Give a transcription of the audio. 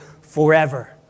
forever